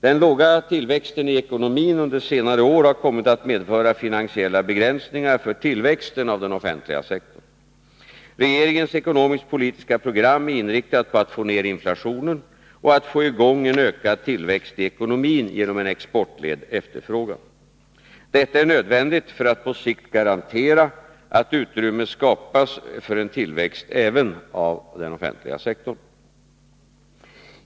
Den låga tillväxten i ekonomin under senare år har kommit att medföra finansiella begränsningar för tillväxten av den offentliga sektorn. Regering ens ekonomisk-politiska program är inriktat på att få ned inflationen och att få i gång en ökad tillväxt i ekonomin genom en exportledd efterfrågan. Detta är nödvändigt för att på sikt garantera att utrymme skapas för en tillväxt även av den offentliga sektorn.